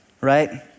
right